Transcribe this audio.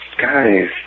guys